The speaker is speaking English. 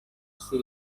sea